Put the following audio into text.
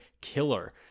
killer